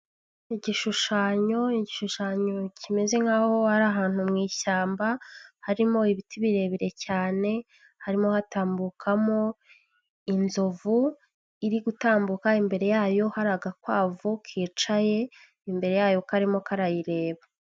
Igishushanyo, igishushanyo kimeze nkaho ari ahantu mu ishyamba, harimo ibiti birebire cyane, harimo hatambukamo inzovu, iri gutambuka, imbere yayo hari agakwavu kicaye imbere yayo karimo karayireba.